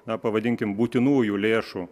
na pavadinkim būtinųjų lėšų